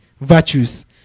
virtues